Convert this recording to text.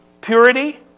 purity